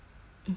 I also